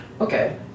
Okay